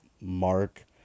Mark